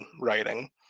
writing